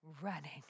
running